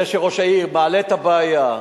זה שראש העיר מעלה את הבעיה,